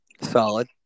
Solid